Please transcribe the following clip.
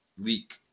leak